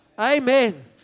Amen